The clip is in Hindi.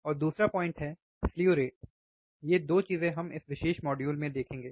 और दूसरा पोइंट हैस्लु रेट स्लु रेट ये 2 चीजें हम इस विशेष मॉड्यूल में देखेंगे